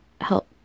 help